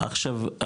עכשיו,